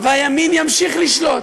והימין ימשיך לשלוט.